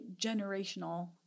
generational